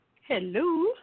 Hello